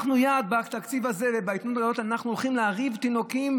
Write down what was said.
בתקציב הזה אנחנו הולכים להרעיב תינוקות